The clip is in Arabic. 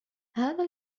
هذا